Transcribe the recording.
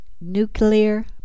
nuclear